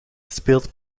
speelt